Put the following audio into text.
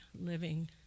living